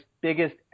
biggest